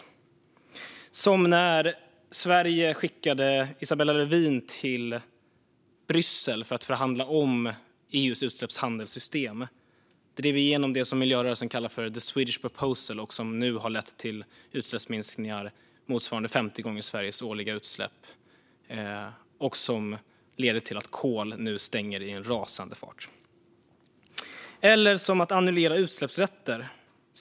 Det handlar om att Sverige skickade Isabella Lövin till Bryssel för att förhandla om EU:s utsläppshandelssystem och drev igenom det som miljörörelsen kallar The Swedish Proposal och som nu har lett till utsläppsminskningar motsvarande 50 gånger Sveriges årliga utsläpp och som leder till att användningen av kol nu minskar i en rasande fart. Det handlar också om att annullera utsläppsrätter.